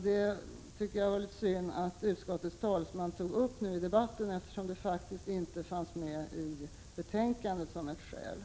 Det var synd att utskottets talesman tog upp detta nu, eftersom det faktiskt inte finns med som ett skäl i betänkandet.